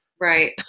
Right